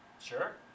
Sure